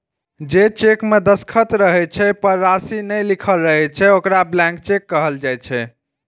जे चेक मे दस्तखत रहै छै, पर राशि नै लिखल रहै छै, ओकरा ब्लैंक चेक कहल जाइ छै